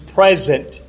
present